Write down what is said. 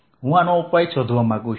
હું આનો ઉપાય શોધવા માંગુ છું